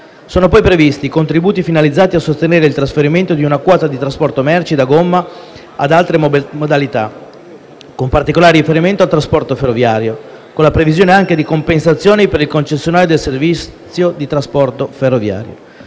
Sono poi previsti contributi finalizzati a sostenere il trasferimento di una quota di trasporto merci da gomma ad altre modalità, con particolare riferimento al trasporto ferroviario, con la previsione anche di compensazioni per il concessionario del servizio di trasporto ferroviario.